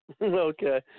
Okay